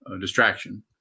distraction